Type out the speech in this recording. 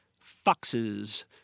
foxes